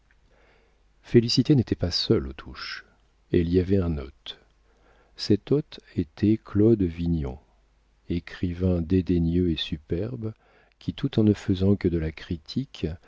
félicité n'était pas seule aux touches elle y avait un hôte cet hôte était claude vignon écrivain dédaigneux et superbe qui tout en ne faisant que de la critique